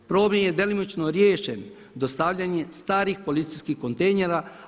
Problem je djelomično riješen dostavljanjem starih policijskih kontejnera.